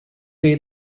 day